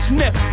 Sniff